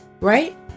right